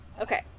Okay